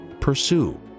pursue